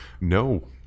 No